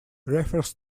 refers